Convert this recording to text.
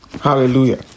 Hallelujah